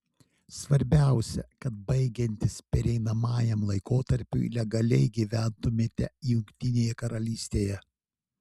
svarbiausia kad baigiantis pereinamajam laikotarpiui legaliai gyventumėte jungtinėje karalystėje